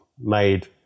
made